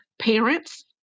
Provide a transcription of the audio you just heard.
parents